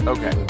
Okay